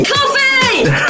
Coffee